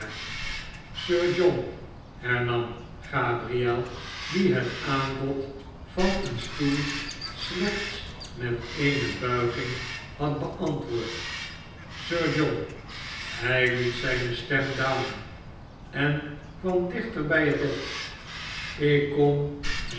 john hernam gabriel die het aanbod van een stoel slechts met eene buiging had beantwoord sir john hij liet zijne stem dalen en kwam dichter bij het bed ik kom